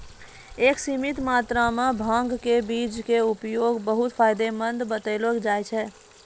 एक सीमित मात्रा मॅ भांग के बीज के उपयोग बहु्त फायदेमंद बतैलो जाय छै